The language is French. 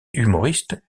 humoriste